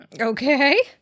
Okay